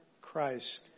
Christ